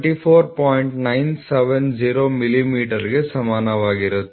970mm ಗೆ ಸಮಾನವಾಗಿರುತ್ತದೆ